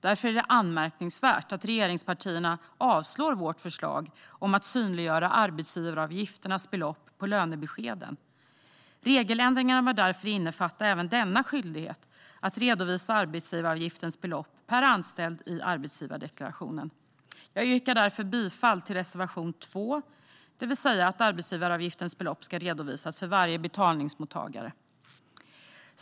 Därför är det anmärkningsvärt att regeringspartierna avslår vårt förslag om att synliggöra arbetsgivaravgiftens belopp på lönebeskeden. Regeländringarna bör innefatta även skyldigheten att redovisa arbetsgivaravgiftens belopp per anställd i arbetsgivardeklarationen. Jag yrkar därför bifall till reservation 2, det vill säga att arbetsgivaravgiftens belopp ska redovisas för varje betalningsmottagare.